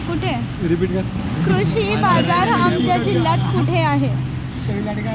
कृषी बाजार आमच्या जिल्ह्यात कुठे आहे?